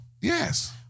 Yes